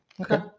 Okay